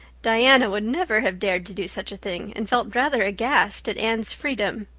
diana would never have dared to do such a thing and felt rather aghast at anne's freedom.